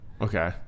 Okay